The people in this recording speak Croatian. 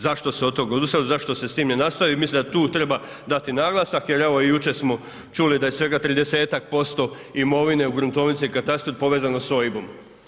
Zašto se od tog odustalo, zašto se sa time ne nastavi, mislim da tu treba dati naglasak jer evo i jučer smo čuli da je svega 30-ak posto imovine u gruntovnici i katastru povezano sa OIB-om.